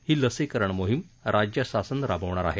ही लसीकरण मोहीम राज्य शासन राबवणार आहे